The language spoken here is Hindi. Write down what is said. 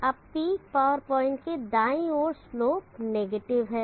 अब पीक पावर पॉइंट के दाईं ओर स्लोप नेगेटिव है